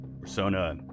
Persona